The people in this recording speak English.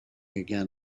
again